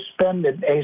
suspended